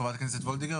חברת הכנסת וולדיגר,